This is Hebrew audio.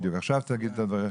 עכשיו תגיד את דבריך.